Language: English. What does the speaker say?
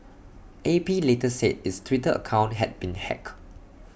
A P later said its Twitter account had been hacked